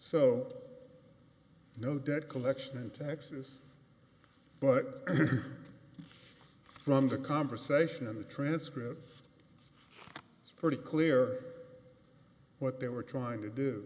so no debt collection in texas but from the conversation in the transcript it's pretty clear what they were trying to